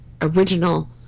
original